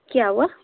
کیا ہوا